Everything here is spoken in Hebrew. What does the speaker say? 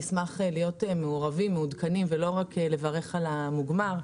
נשמח להיות מעורבים ומעודכנים ולא רק לברך על המוגמר.